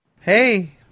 Hey